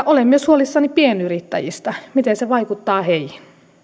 olen myös huolissani pienyrittäjistä miten se vaikuttaa heihin